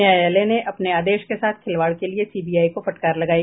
न्यायालय ने अपने आदेश के साथ खिलवाड़ के लिए सीबीआई को फटकार लगाई